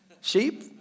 Sheep